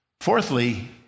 Fourthly